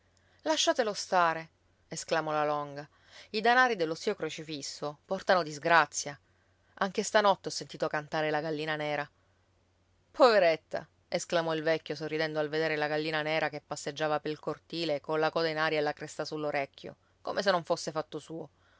lasciatelo stare esclamò la longa i danari dello zio crocifisso portano disgrazia anche stanotte ho sentito cantare la gallina nera poveretta esclamò il vecchio sorridendo al vedere la gallina nera che passeggiava pel cortile colla coda in aria e la cresta sull'orecchio come se non fosse fatto suo